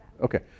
Okay